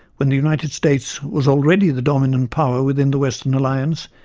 when the united states was already the dominant power within the western alliance,